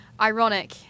Ironic